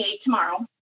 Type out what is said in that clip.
tomorrow